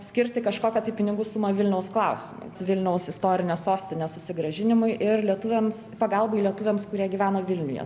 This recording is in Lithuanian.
skirti kažkokią tai pinigų sumą vilniaus klausimui vilniaus istorinės sostinės susigrąžinimui ir lietuviams pagalbai lietuviams kurie gyveno vilniuje